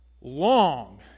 long